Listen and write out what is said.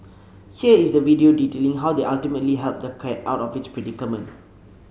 here is the video detailing how they ultimately helped the cat out of its predicament